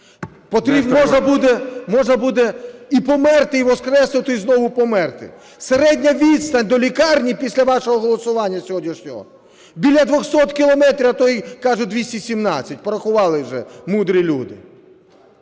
можна буде і померти, і воскреснути, і знову померти. Середня відстань до лікарні після вашого голосування сьогоднішнього – біля 200 кілометрів, а то і, кажуть, 217, порахували вже мудрі люди.